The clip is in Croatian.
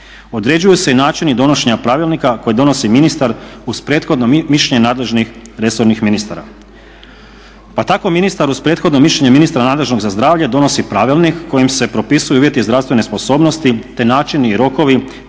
određuju se i načini donošenja pravilnika koji donosi ministar uz prethodno mišljenje nadležnih resornih ministara. Pa tako ministar uz prethodno mišljenje ministra nadležnog za zdravlje donosi pravilnik kojim se propisuju uvjeti zdravstvene sposobnosti, te načini i rokovi